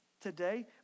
today